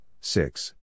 Six